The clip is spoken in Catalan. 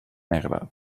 negre